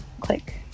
Click